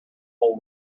whole